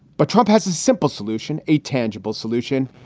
but trump has a simple solution, a tangible solution.